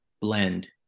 blend